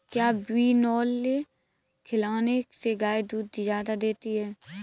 क्या बिनोले खिलाने से गाय दूध ज्यादा देती है?